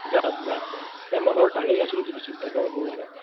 যাম যাম যাম এই মই বাৰু তাৰেই আছিলোঁ তুমি চিন্তা কৰিব নালাগে